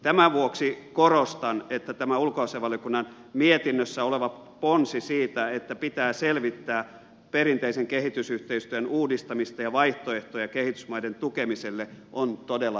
tämän vuoksi korostan että tämä ulkoasiainvaliokunnan mietinnössä oleva ponsi siitä että pitää selvittää perinteisen kehitysyhteistyön uudistamista ja vaihtoehtoja kehitysmaiden tukemiselle on todella tarpeellinen ponsi